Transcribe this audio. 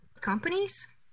companies